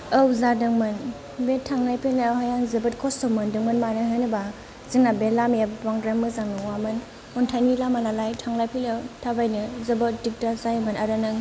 औ जादोंमोन बे थांनाय फैनायावहाय आं जोबोद खस्थ' मोनदोंमोन मानो होनोब्ला जोंना बे लामाया बांद्राय मोजां नङामोन अन्थायनि लामा नालाय थांलाय फैलायाव थाबायनो जोबोद दिगदार जायोमोन आरो नों